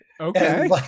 Okay